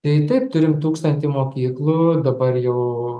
tai taip turim tūkstantį mokyklų dabar jau